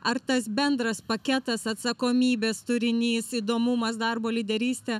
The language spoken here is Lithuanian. ar tas bendras paketas atsakomybės turinys įdomumas darbo lyderystė